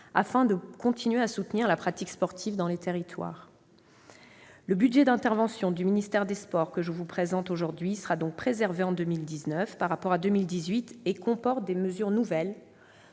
afin de continuer à soutenir la pratique sportive dans les territoires. Le budget d'intervention du ministère des sports que je vous présente aujourd'hui sera donc préservé en 2019 par rapport à 2018 et comporte même des mesures nouvelles.